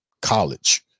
college